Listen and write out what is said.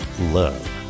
Love